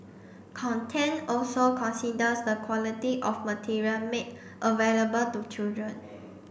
content also considers the quality of material made available to children